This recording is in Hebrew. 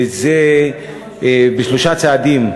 וזה בשלושה צעדים.